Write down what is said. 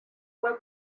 fue